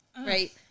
right